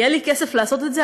יהיה לי כסף לעשות את זה?